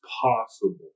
possible